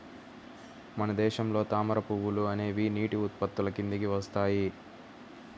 మన దేశంలో తామర పువ్వులు అనేవి నీటి ఉత్పత్తుల కిందికి వస్తాయి